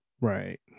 right